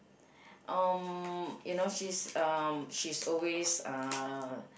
um you know she's um she's always uh